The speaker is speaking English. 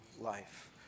life